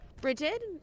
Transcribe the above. Bridget